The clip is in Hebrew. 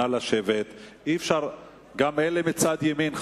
חבר הכנסת כץ, נא לשבת, גם אלה מצד ימין.